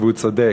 והוא צודק.